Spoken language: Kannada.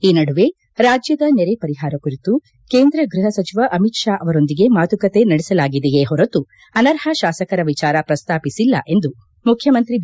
ಈ ನಡುವೆ ರಾಜ್ಯದ ನೆರೆ ಪರಿಹಾರ ಕುರಿತು ಕೇಂದ್ರ ಗೃಹ ಸಚಿವ ಅಮಿತ್ ಶಾ ಅವರೊಂದಿಗೆ ಮಾತುಕತೆ ನಡೆಸಲಾಗಿದೆಯೆ ಹೊರತು ಅನರ್ಹ ಶಾಸಕರ ವಿಚಾರ ಪ್ರಸ್ತಾಪಿಸಿಲ್ಲ ಎಂದು ಮುಖ್ಯಮಂತ್ರಿ ಬಿ